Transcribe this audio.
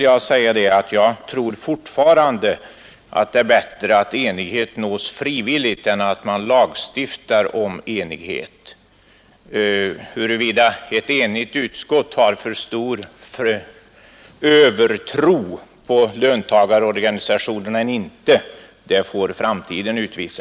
Jag tror fortfarande att det är bättre att enighet nås frivilligt än att man lagstiftar om enighet. Huruvida ett enigt utskott har en övertro på löntagarorganisationerna eller inte, det får framtiden utvisa.